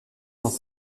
dans